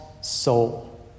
soul